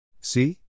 See